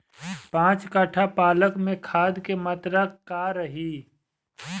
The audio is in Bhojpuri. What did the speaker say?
पाँच कट्ठा पालक में खाद के मात्रा का रही?